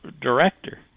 director